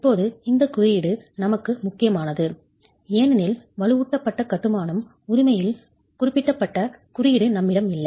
இப்போது இந்த குறியீடு நமக்கு முக்கியமானது ஏனெனில் வலுவூட்டப்பட்ட கட்டுமானம் உரிமையில் குறிப்பிட்ட குறியீடு நம்மிடம் இல்லை